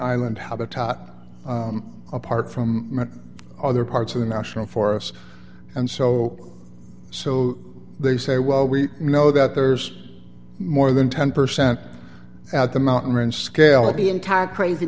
island habitat apart from other parts of the national forest and so so they say well we know that there's more than ten percent at the mountain range scale of the entire crazy